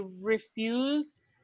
refuse